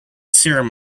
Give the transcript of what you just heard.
serum